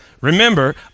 Remember